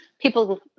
people